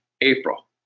April